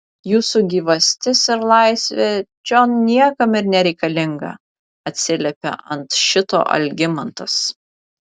jūsų gyvastis ir laisvė čion niekam ir nereikalinga atsiliepė ant šito algimantas